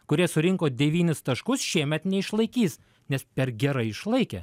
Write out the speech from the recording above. kurie surinko devynis taškus šiemet neišlaikys nes per gerai išlaikė